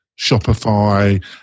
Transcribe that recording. Shopify